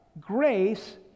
grace